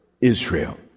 Israel